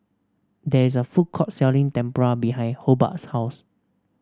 there is a food court selling Tempura behind Hobart's house